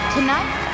Tonight